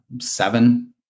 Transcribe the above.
seven